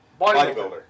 bodybuilder